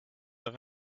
rend